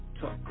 Talk